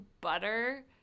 butter